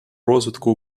розвитку